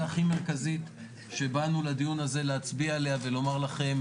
הכי מרכזית שבאנו לדיון הזה להצביע עליה ולומר לכם: